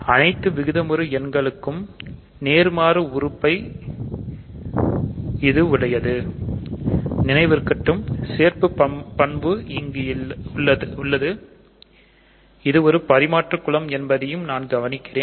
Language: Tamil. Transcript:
அனைத்து விகிதமுறு எண்களும் நேர்மாறு உறுப்பை உடையது நினைவிருக்கட்டும் சேர்ப்பு பண்பு இங்கு உள்ளது இது ஒரு பரிமாற்று குலம் என்பதையும் நான் கவனிக்கிறேன்